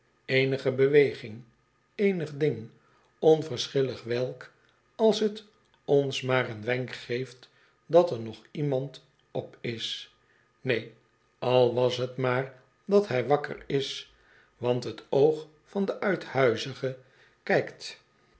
eenige beweging eenig ding onverschillig welk als t ons maar een wenk geeft dat er nog iemand op is neen al was t maar dat hij wakker is want t oog van den uithuizige kijkt